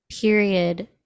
period